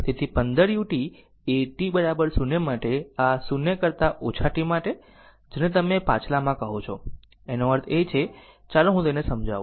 તેથી 15 u એ t 0 માટે આ 0 કરતા ઓછા t માટે જેને તમે પાછલામાં કહો છો એનો અર્થ છે ચાલો હું તેને સમજાવું